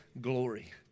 glory